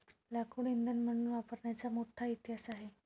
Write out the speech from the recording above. लाकूड इंधन म्हणून वापरण्याचा मोठा इतिहास आहे